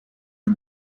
the